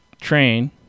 train